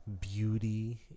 beauty